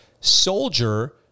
soldier